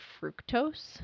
fructose